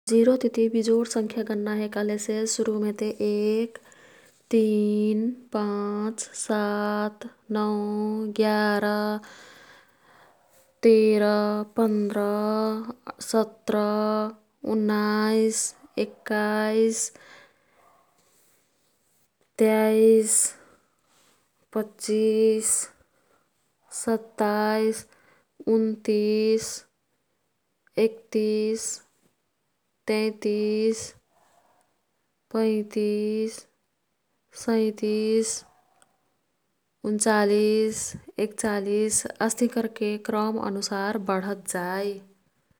जिरोतिती बिजोड संख्या गन्ना हे कह्लेसे सुरुमे ते एक, तिन, पाँच, सात, नौं, एगारा, तेरा, पन्द्रा, उन्नाईस, एक्काईस, तेईस, पच्चिस, सत्तईस, उनतिस, एकतिस, तैतिस, पैंतिस, सैंतिस, उन्चालिस, एकचालिस अस्तिही कर्के क्रम अनुसार बढत् जाई।